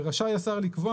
ורשאי השר לקבוע,